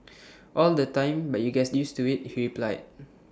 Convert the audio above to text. all the time but you gets used to IT he replied